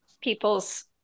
people's